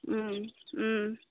ও ও